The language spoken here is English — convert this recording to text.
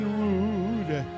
rude